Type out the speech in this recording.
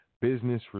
business